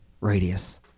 Radius